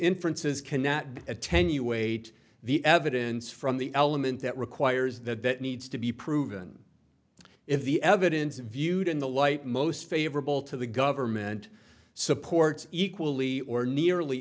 inferences cannot be attenuate the evidence from the element that requires that that needs to be proven if the evidence viewed in the light most favorable to the government supports equally or nearly